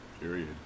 Period